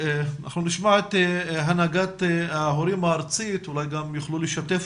נשמע את הנהגת ההורים הארצית שאולי יוכלו לשתף